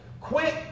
quit